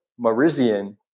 Marizian